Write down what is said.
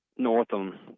Northam